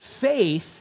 Faith